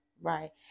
right